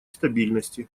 стабильности